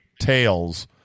Tails